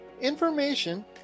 information